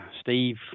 Steve